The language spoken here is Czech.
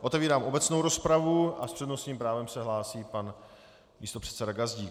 Otevírám obecnou rozpravu a s přednostním právem se hlásí pan místopředseda Gazdík.